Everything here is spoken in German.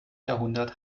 jahrhundert